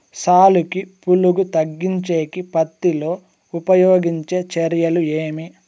సాలుకి పులుగు తగ్గించేకి పత్తి లో ఉపయోగించే చర్యలు ఏమి?